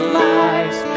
lies